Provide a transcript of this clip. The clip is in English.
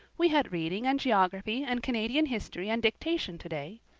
we had reading and geography and canadian history and dictation today.